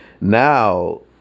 Now